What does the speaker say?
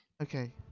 Okay